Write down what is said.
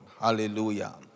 Hallelujah